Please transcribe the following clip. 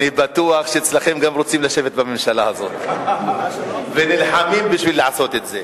ואני בטוח שגם אצלכם רוצים לשבת בממשלה הזאת ונלחמים לעשות את זה.